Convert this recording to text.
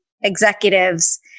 executives